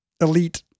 elite